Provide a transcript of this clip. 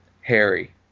Harry